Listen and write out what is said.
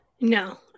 No